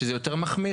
שזה יותר מחמיר,